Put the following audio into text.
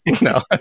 No